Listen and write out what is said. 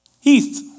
Heath